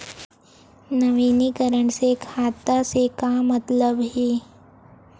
नवीनीकरण से खाता से का मतलब हे?